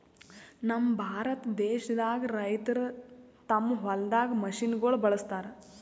ನಮ್ ಭಾರತ ದೇಶದಾಗ್ ರೈತರ್ ತಮ್ಮ್ ಹೊಲ್ದಾಗ್ ಮಷಿನಗೋಳ್ ಬಳಸುಗತ್ತರ್